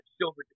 silver